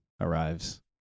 arrives